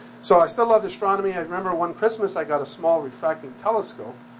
so i still loved astronomy. i remember one christmas i got a small refracting telescope,